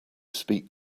speak